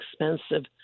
expensive